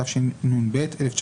התשנ"ב- 1992."